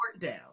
down